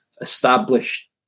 established